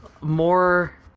more